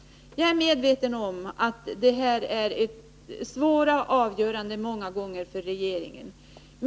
Jag är medveten om att det många gånger är fråga om svåra avgöranden för regeringen.